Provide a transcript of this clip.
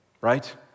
right